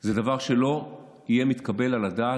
זה דבר שלא יהיה מתקבל על הדעת.